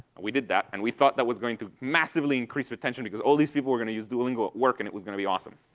we did that, and we thought that was going to massively increase retention because all these people were going to use duolingo at work and it was going to be awesome.